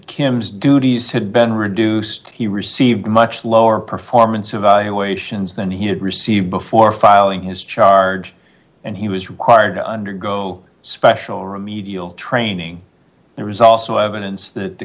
kim's duties had been reduced he received much lower performance evaluations than he had received before filing his charge and he was required to undergo special remedial training and results zero evidence that the